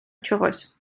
чогось